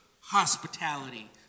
hospitality